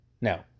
No